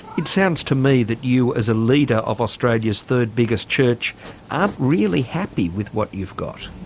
it sounds to me that you as a leader of australia's third biggest church aren't really happy with what you've got.